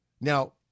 Now